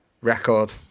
record